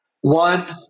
One